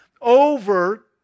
over